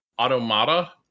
Automata